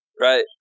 Right